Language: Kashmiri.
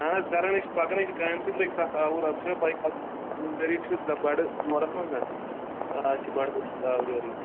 اہن حظ کَرَان حظ چھِ پَکنحظ چھِ کامہِ سۭتۍ لٔگۍ سہ آوُر اَتھ غریٖب چھُ بَڑٕ دورَس منٛز نا آز چھِ بَڑٕ سہِ آوریرٕے